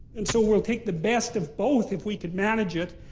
and so we'll take the best of both if we can manage it,